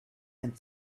and